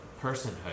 personhood